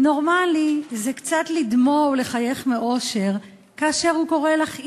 נורמלי זה קצת לדמוע ולחייך מאושר כאשר הוא קורא לך 'אימא'